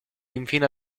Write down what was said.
infine